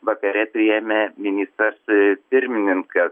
vakare priėmė ministras pirmininkas